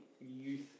youth